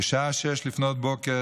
בשעה 06:00,